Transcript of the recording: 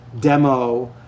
demo